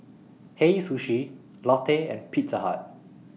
Hei Sushi Lotte and Pizza Hut